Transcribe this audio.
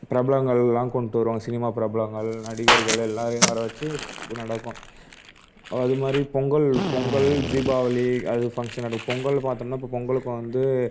பிரபலங்கள்லாம் கொண்டுகிட்டு வருவாங்கள் சினிமா பிரபலங்கள் நடிகர்கள் எல்லாரையும் வர வச்சு இது நடக்கும் அது மாதிரி பொங்கல் பொங்கல் தீபாவளி அது ஃபங்க்ஷன் நடக்கும் பொங்கல் பார்த்தோம்னா இப்போ பொங்கலுக்கு வந்து